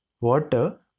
water